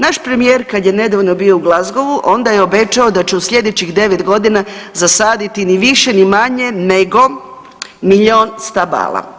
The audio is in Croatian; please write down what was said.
Naš premijer kada je nedavno bio u Glasgowu onda je obećao da će u sljedećih 9 godina zasaditi ni više, ni manje nego milijun stabala.